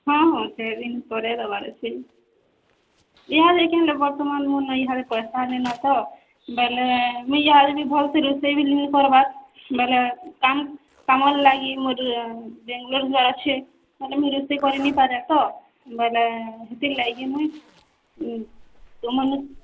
ହଁ ହଁ ଚାର୍ ଦିନ୍ ପରେ ଦେବାର୍ ଅଛେ ଇହାଦେ କେନ ବର୍ତ୍ତମାନ୍ ମୋର୍ନ ଇହାଦେ ପଏସା ନାଇଁନ ତ ବଏଲେ ମୁଇଁ ଇହାଦେ ବି ଭଲ୍ସେ ରୋଷେଇ ବି ନି କର୍ବାର୍ ବଏଲେ କାମ୍ କାମର୍ ଲାଗି ମୋର୍ ବେଙ୍ଗ୍ଲୋର୍ ଯିବାର୍ ଅଛେ ତାହେଲେ ମୁଇଁ ରୋଷେଇ କରିନିପାର୍ବା ତ ବଏଲେ ହେଥିର୍ଲାଗି ମୁଇଁ ତୁମର୍ନୁ